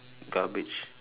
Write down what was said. garbage